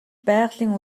байгалийн